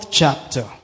chapter